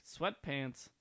sweatpants